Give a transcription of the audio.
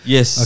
Yes